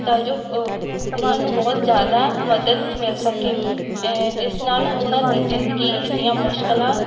ਤਾਂ ਜੋ ਉਹਨਾਂ ਨੂੰ ਬਹੁਤ ਜ਼ਿਆਦਾ ਮਦਦ ਮਿਲ ਸਕੇ ਜਿਸ ਨਾਲ ਉਹਨਾਂ ਦੀ ਜ਼ਿੰਦਗੀ ਦੀਆਂ ਮੁਸ਼ਕਲਾਂ